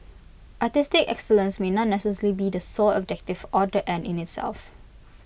artistic excellence may not necessarily be the sole objective or the end in itself